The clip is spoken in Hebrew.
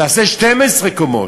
תעשה 12 קומות,